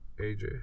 AJ